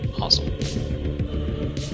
Awesome